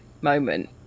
moment